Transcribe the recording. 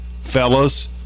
Fellas